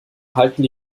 halten